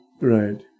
Right